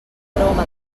aroma